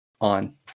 on